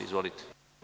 Izvolite.